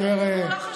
ועכשיו דאגה שתקוים,